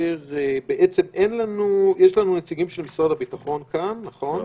יש לנו נציגים של משרד הביטחון כאן, נכון?